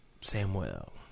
Samuel